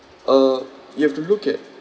uh you have to look at